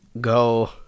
go